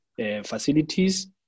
facilities